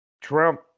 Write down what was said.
Trump